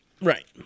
Right